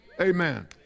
Amen